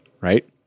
right